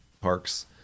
parks